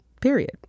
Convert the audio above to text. period